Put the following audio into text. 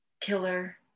killer